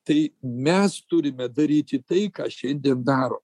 tai mes turime daryti tai ką šiandien darome